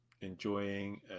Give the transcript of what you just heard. enjoying